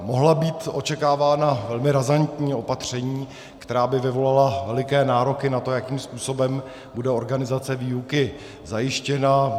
Mohla být očekávána velmi razantní opatření, která by vyvolala veliké nároky na to, jakým způsobem bude organizace výuky zajištěna.